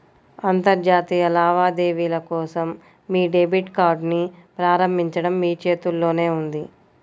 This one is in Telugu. అంతర్జాతీయ లావాదేవీల కోసం మీ డెబిట్ కార్డ్ని ప్రారంభించడం మీ చేతుల్లోనే ఉంది